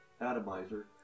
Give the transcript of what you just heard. Atomizer